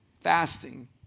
Fasting